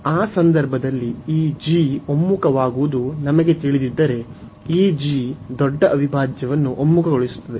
ಆ ಸಂದರ್ಭದಲ್ಲಿ ಈ g ಒಮ್ಮುಖವಾಗುವುದು ನಮಗೆ ತಿಳಿದಿದ್ದರೆ ಈ g ದೊಡ್ಡ ಅವಿಭಾಜ್ಯವನ್ನು ಒಮ್ಮುಖಗೊಳಿಸುತ್ತದೆ